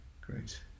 great